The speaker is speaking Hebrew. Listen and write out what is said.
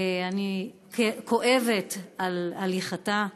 ואני כואבת על הליכתה.